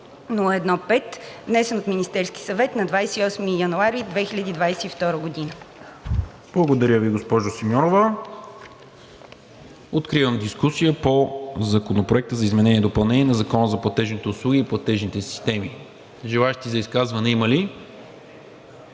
внесен от Министерския съвет на 28 януари 2022 г.“ ПРЕДСЕДАТЕЛ НИКОЛА МИНЧЕВ: Благодаря Ви, госпожо Симеонова. Откривам дискусия по Законопроекта за изменение и допълнение на Закона за платежните услуги и платежните системи. Желаещи за изказване има ли?